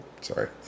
Sorry